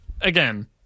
Again